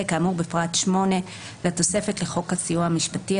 כאמור בפרט 8 לתוספת לחוק הסיוע המשפטי,